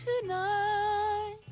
tonight